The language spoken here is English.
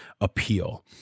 appeal